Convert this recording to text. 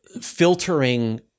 filtering